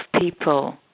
people